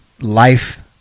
life